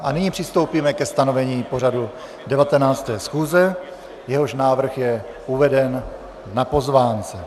A nyní přistoupíme ke stanovení pořadu 19. schůze, jehož návrh je uveden na pozvánce.